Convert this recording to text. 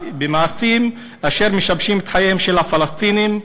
מעשים אשר משבשים את חייהם של הפלסטינים,